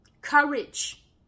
courage